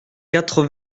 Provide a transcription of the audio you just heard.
quatre